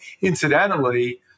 Incidentally